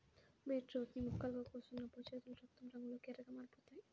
beetroot ని ముక్కలుగా కోస్తున్నప్పుడు చేతులు రక్తం రంగులోకి ఎర్రగా మారిపోతాయి